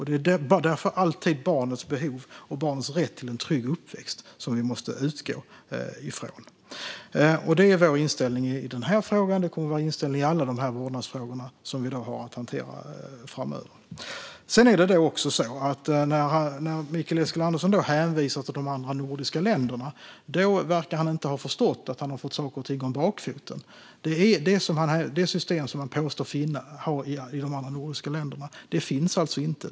Det är därför alltid barnets behov och rätt till en trygg uppväxt som vi måste utgå från. Detta är vår inställning i denna fråga, och det kommer att vara vår inställning i alla vårdnadsfrågor som vi har att hantera framöver. När Mikael Eskilandersson hänvisar till de andra nordiska länderna verkar han inte ha förstått att han har fått saker och ting om bakfoten. Det system som han påstår att de andra nordiska länderna har finns alltså inte.